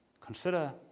Consider